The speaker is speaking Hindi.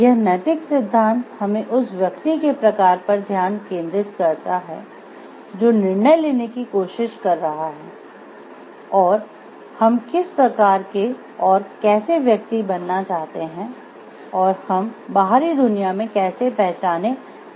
यह नैतिक सिद्धांत हमें उस व्यक्ति के प्रकार पर ध्यान केंद्रित करता है जो निर्णय लेने की कोशिश कर रहा है और हम किस प्रकार के और कैसे व्यक्ति बनना चाहते हैं और हम बाहरी दुनिया में कैसे पहचाने जाना चाहते हैं